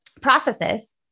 processes